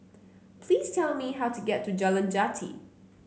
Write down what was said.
please tell me how to get to Jalan Jati